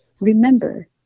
Remember